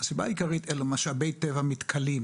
הסיבה העיקרית היא שאלו משאבי טבע מתכלים,